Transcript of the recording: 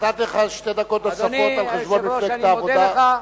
נתתי לך שתי דקות נוספות על חשבון מפלגת העבודה,